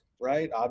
Right